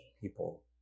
people